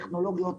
על טכנולוגיות,